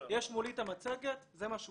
יש מולי את המצגת, זה מה שהוצג.